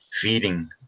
feeding